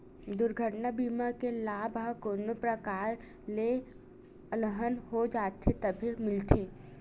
दुरघटना बीमा के लाभ ह कोनो परकार ले अलहन हो जाथे तभे मिलथे